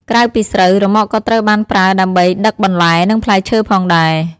ក្រៅពីស្រូវ រ៉ឺម៉កក៏ត្រូវបានប្រើដើម្បីដឹកបន្លែនិងផ្លែឈើផងដែរ។